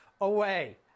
away